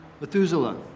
Methuselah